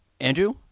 Andrew